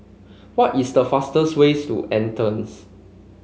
what is the fastest ways to Athens